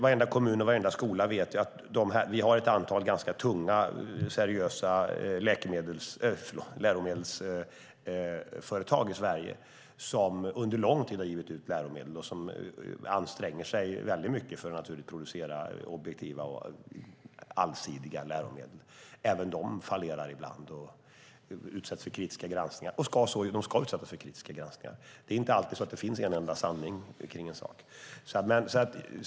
Varenda kommun och varenda skola vet att vi har ett antal ganska tunga, seriösa läromedelsföretag i Sverige som under lång tid har givit ut läromedel och som anstränger sig väldigt mycket för att producera objektiva och allsidiga läromedel. Även de fallerar ibland och utsätts för kritiska granskningar, och de ska utsättas för kritiska granskningar. Det är inte alltid så att det finns en enda sanning.